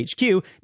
HQ